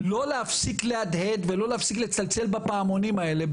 לא להפסיק להדהד ולא להפסיק לצלצל בפעמונים האלה.